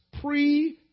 pre